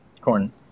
Corn